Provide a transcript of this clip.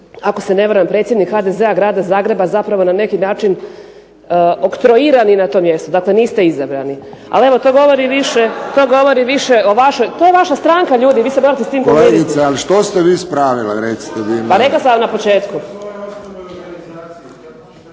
ako se ne varam, predsjednik HDZ-a Grada Zagreba zapravo na neki način oktroirani na tom mjestu. Dakle, niste izabrani. Ali evo to govori više o vašoj, to je vaša stranka ljudi, vi se morate s tim pomiriti. **Friščić, Josip (HSS)** Kolegice ali što ste vi ispravila recite vi meni? **Leaković,